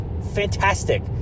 fantastic